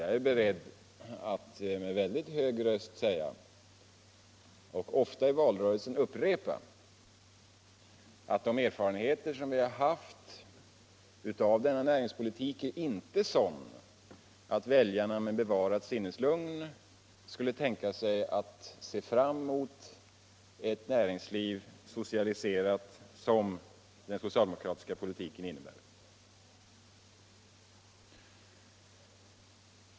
Jag är beredd att ofta och med väldigt hög röst i valrörelsen upprepa att de erfarenheter som vi haft av denna näringspolitik är inte sådana att väljarna med bevarat sinneslugn skulle kunna tänka sig att se fram mot ett näringsliv socialiserat på det sätt som den socialdemokratiska politiken innebär.